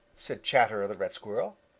said chatterer the red squirrel,